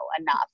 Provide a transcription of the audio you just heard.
enough